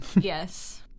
yes